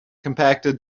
compacted